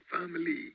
family